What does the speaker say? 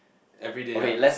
every day lah